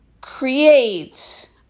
create